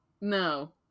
No